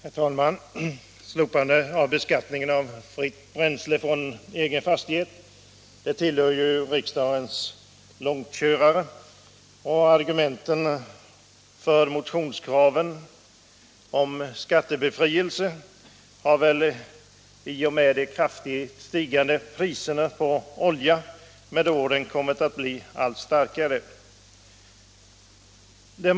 Herr talman! Frågan om slopande av beskattningen på fritt bränsle från egen fastighet tillhör som bekant riksdagens långkörare. Argumenten för motionskraven om skattebefrielse har väl i och med de kraftigt stigande priserna på olja med åren kommit att bli allt starkare.